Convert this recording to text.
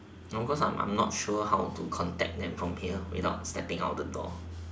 no cause I'm I am not sure how to contact them from here without stepping out the door